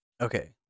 okay